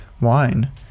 wine